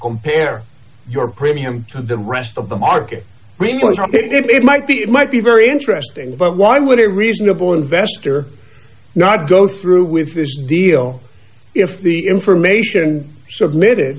compare your premium to the rest of the market it might be it might be very interesting but why would a reasonable investor not go through with this deal if the information submitted